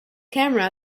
camera